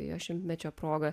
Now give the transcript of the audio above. jo šimtmečio proga